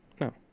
No